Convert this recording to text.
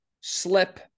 slip